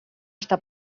està